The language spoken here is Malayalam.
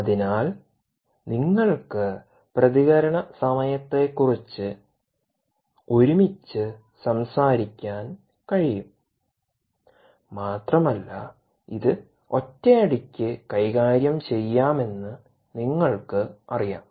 അതിനാൽ നിങ്ങൾക്ക് പ്രതികരണ സമയത്തെക്കുറിച്ച് ഒരുമിച്ച് സംസാരിക്കാൻ കഴിയും മാത്രമല്ല ഇത് ഒറ്റയടിക്ക് കൈകാര്യം ചെയ്യാമെന്ന് നിങ്ങൾക്കറിയാം